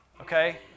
Okay